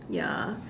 ya